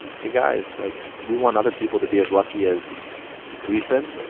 hey, guys. like, we want other people to be as lucky as we've been.